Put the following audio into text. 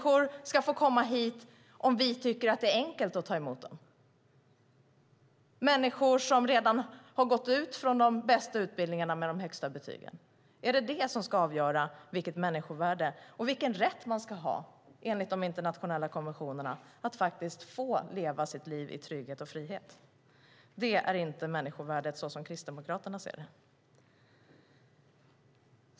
Ska människor få komma hit om vi tycker att det är enkelt att ta emot dem - människor som redan har gått ut från de bästa utbildningarna med de bästa betygen? Är det vad som ska avgöra vilket människovärde och vilken rätt man ska ha enligt de internationella konventionerna att leva sitt liv i trygghet och frihet? Så ser inte Kristdemokraterna på människovärdet.